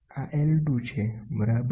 આ I2 છે બરાબર